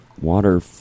Water